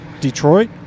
Detroit